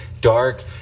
dark